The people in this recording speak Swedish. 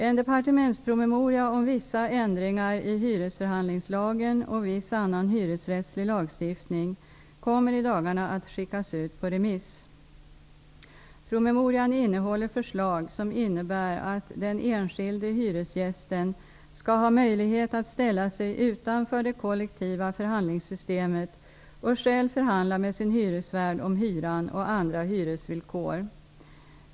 En departementspromemoria om vissa ändringar i hyresförhandlingslagen och viss annan hyresrättslig lagstiftning kommer i dagarna att skickas ut på remiss. Promemorian innehåller förslag som innebär att den enskilde hyresgästen skall ha möjlighet att ställa sig utanför det kollektiva förhandlingssystemet och själv förhandla med sin hyresvärd om hyran och andra hyresvillkor.